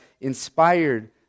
inspired